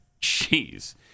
Jeez